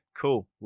cool